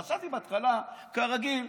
חשבתי בהתחלה: כרגיל,